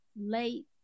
late